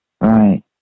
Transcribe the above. Right